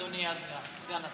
אדוני סגן השר.